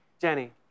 Jenny